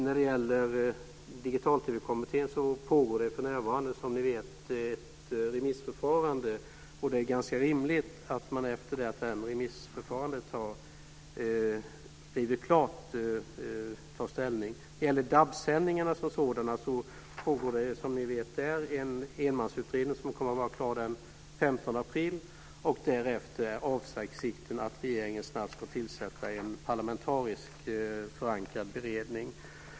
När det gäller Digital-TV-kommittén pågår det för närvarande som ni vet ett remissförfarande, och det är ganska rimligt att man när det remissförfarandet är klart tar ställning. När det gäller DAB-sändningarna som sådana pågår det som ni vet en enmansutredning som kommer att vara klar den 15 april. Därefter är avsikten att regeringen snabbt ska tillsätta en parlamentariskt förankrad beredning.